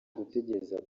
gutegereza